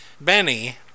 Benny